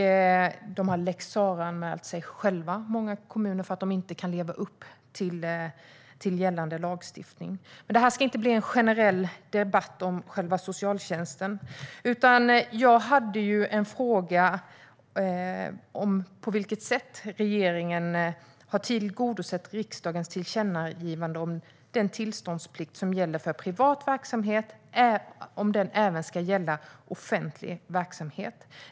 Många kommuner har lex Sarah-anmält sig själva för att de inte kan leva upp till gällande lagstiftning. Men det här ska inte bli en generell debatt om socialtjänsten. Jag hade en fråga om på vilket sätt regeringen har tillgodosett riksdagens tillkännagivande om ifall den tillståndsplikt som gäller för privat verksamhet även ska gälla för offentlig verksamhet.